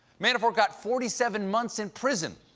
manafort got forty seven months in prison.